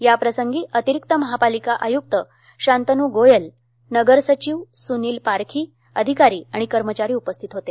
याप्रसंगी अतिरिक्त महापालिका आयुक्त शान्तानु गोयल नगरसचिव सुनील पारखी अधिकारी आणि कर्मचारी उपस्थित होते